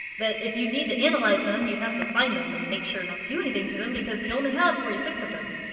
that if you needed to analyze them, you'd have to find them and make sure not to do anything to them, because you only have forty six of them.